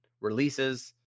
releases